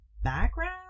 background